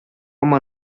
ama